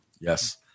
Yes